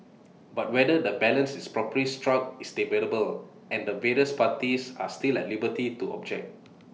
but whether the balance is properly struck is debatable and the various parties are still at liberty to object